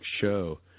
show